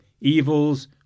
evils